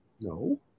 No